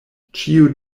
ĉio